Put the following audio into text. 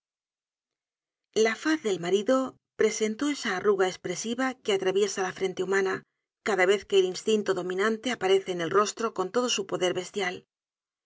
la faz del marido presentó esa arruga espresiva que atraviesa la frente humana cada vez que el instinto dominante aparece en el rostro con todo su poder bestial